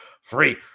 free